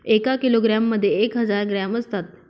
एका किलोग्रॅम मध्ये एक हजार ग्रॅम असतात